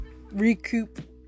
recoup